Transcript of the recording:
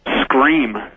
scream